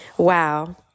Wow